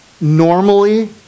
Normally